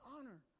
honor